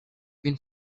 been